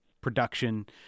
production